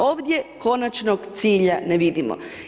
Ovdje konačnog cilja ne vidimo.